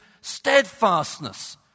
steadfastness